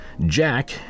Jack